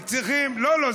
לא, לא.